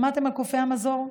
שמעתם על קופי המזור?